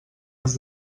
has